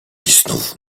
znowu